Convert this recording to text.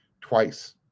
twice